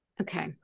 Okay